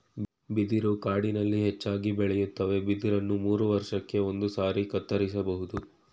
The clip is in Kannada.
ಬಿದಿರು ಕಾಡಿನಲ್ಲಿ ಹೆಚ್ಚಾಗಿ ಬೆಳೆಯುತ್ವೆ ಬಿದಿರನ್ನ ಮೂರುವರ್ಷಕ್ಕೆ ಒಂದ್ಸಾರಿ ಕತ್ತರಿಸ್ಬೋದು